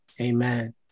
amen